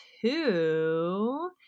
two